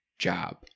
Job